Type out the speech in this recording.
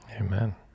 Amen